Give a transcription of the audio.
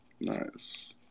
Nice